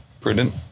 prudent